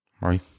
right